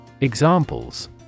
Examples